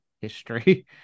history